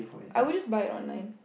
I would just buy it online